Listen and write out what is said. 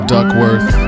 Duckworth